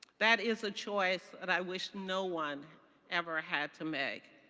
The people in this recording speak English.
that is a choice that i wish no one ever ah had to make.